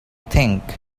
think